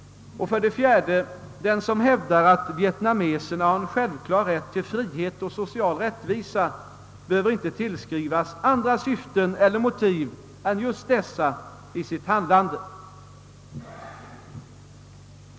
För det fjärde behöver inte den, som hävdar att vietnameserna har självklar rätt till frihet och social rättvisa, tillskrivas andra syf ten eller motiv än just detta i sitt handlande.